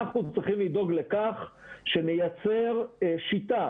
אנחנו צריכים לדאוג לכך שנייצר שיטה